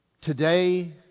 Today